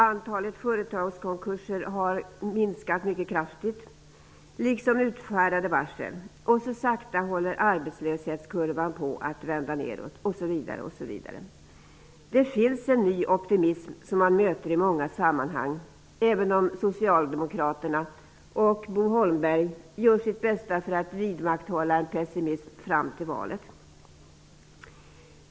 Antalet företagskonkurser liksom utfärdade varsel har minskat mycket kraftigt, och arbetslöshetskurvan är på väg att sakta vända neråt osv. Det finns en ny optimism som man möter i många sammanhang, även om Socialdemokraterna och Bo Holmberg gör sitt bästa för att vidmakthålla en pessimism fram till valet.